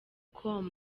com